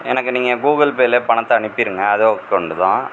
எனக்கு நீங்கள் கூகுள் பேயிலே பணத்தை அனுப்பிடுங்க அதே ஒக்கௌண்ட்டு தான்